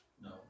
No